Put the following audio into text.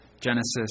Genesis